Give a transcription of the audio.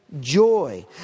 joy